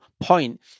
point